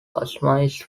customised